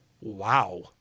Wow